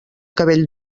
cabell